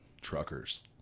truckers